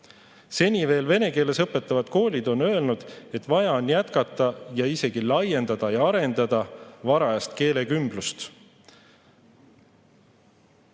Seni veel vene keeles õpetavad koolid on öelnud, et vaja on jätkata ja isegi laiendada ja arendada varajast keelekümblust.